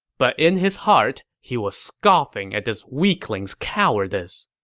but in his heart, he was scoffing at this weakling's cowardice.